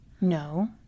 No